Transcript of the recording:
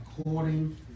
according